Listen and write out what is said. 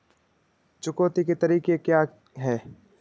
चुकौती के तरीके क्या हैं?